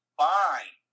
fine